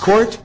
court